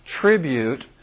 tribute